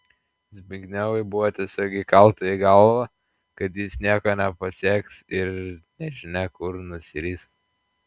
zbignevui buvo tiesiog įkalta į galvą kad jis nieko nepasieks ir nežinia kur nusiris